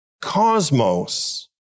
cosmos